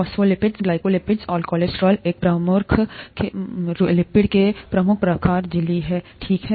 phospholipids glycolipids और cholesterol एक प्रमुखमें लिपिड के प्रमुख प्रकार झिल्ली हैं ठीक है